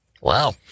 Wow